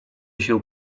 się